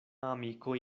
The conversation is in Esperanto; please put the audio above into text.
amiko